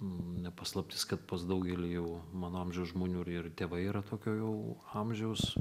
ne paslaptis kad pas daugelį jau mano amžiaus žmonių ir ir tėvai yra tokio jau amžiaus